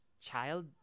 child